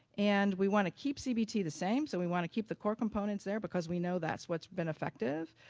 and we want to keep cbt the same so we want to keep the core components there because we know that's what's been effective,